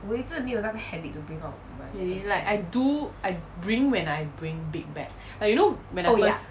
really like I do I bring when I bring big bag like you know when I first